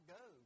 go